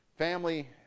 family